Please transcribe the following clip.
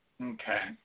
Okay